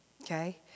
Okay